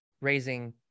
raising